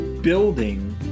building